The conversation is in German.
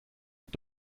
mit